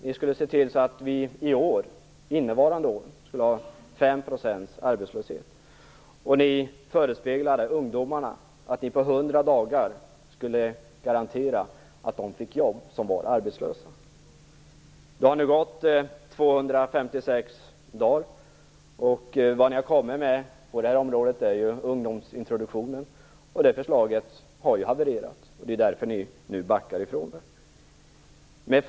Ni skulle se till att vi år 1995 skulle ha 5 % arbetslöshet. Ni förespeglade ungdomarna att ni efter 100 dagar skulle kunna garantera de arbetslösa jobb. Det har nu gått 256 dagar, och det som ni har kommit med på det här området är ungdomsintroduktionen, och det förslaget har havererat. Det är därför som ni nu backar i frågan.